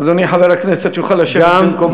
אדוני חבר הכנסת יוכל לשבת במקומו.